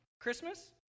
Christmas